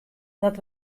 dat